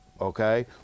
Okay